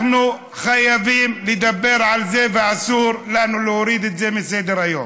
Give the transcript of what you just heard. אנחנו חייבים לדבר על זה ואסור לנו להוריד את זה מסדר-היום.